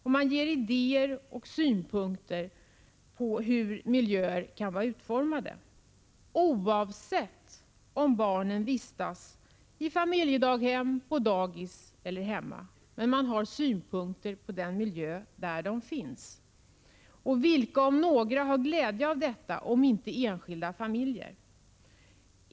Man ger idéer och synpunkter på hur miljöer kan vara utformade — oavsett om barnen vistas i familjedaghem, på dagis eller hemma. Man har synpunkter på den miljö där barnen finns. Vilka är det som har glädje av detta om inte enskilda familjer?